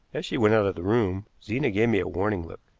as she went out of the room, zena gave me a warning look.